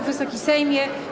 Wysoki Sejmie!